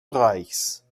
reichs